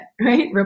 right